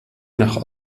nach